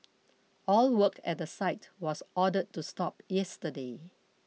all work at the site was ordered to stop yesterday